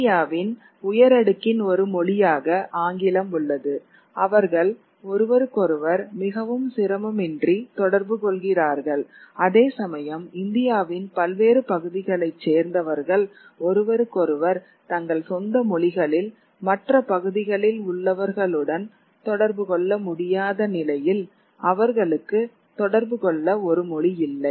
இந்தியாவின் உயரடுக்கின் ஒரு மொழியாக ஆங்கிலம் உள்ளது அவர்கள் ஒருவருக்கொருவர் மிகவும் சிரமமின்றி தொடர்புகொள்கிறார்கள் அதேசமயம் இந்தியாவின் பல்வேறு பகுதிகளைச் சேர்ந்தவர்கள் ஒருவருக்கொருவர் தங்கள் சொந்த மொழிகளில் மற்ற பகுதிகளில் உள்ளவர்களுடன் தொடர்பு கொள்ள முடியாத நிலையில் அவர்களுக்கு தொடர்பு கொள்ள ஒரு மொழி இல்லை